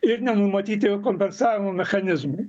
ir nenumatyti kompensavimo mechanizmai